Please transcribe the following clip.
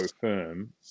firm